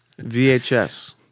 VHS